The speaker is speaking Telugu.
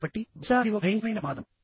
కాబట్టి బహుశా ఇది ఒక భయంకరమైన ప్రమాదం